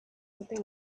sitting